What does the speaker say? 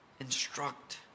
instruct